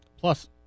Plus